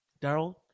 daryl